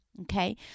Okay